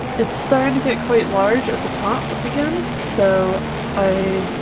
it's starting to get quite large at the top again so i